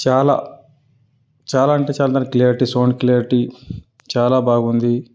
చాలా చాలా అంటే చాలా దానికి క్లారిటీ సౌండ్ క్లారిటీ చాలా బాగుంది